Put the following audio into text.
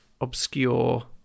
obscure